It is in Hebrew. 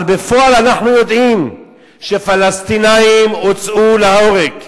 אבל בפועל, אנחנו יודעים שפלסטינים הוצאו להורג,